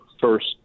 first